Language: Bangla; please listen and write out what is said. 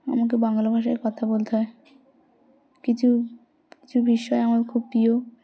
আমাকে বাংলা ভাষায় কথা বলতে হয় কিছু কিছু বিষয় আমার খুব প্রিয়